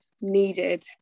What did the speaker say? needed